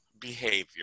behavior